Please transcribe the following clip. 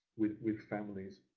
with with families.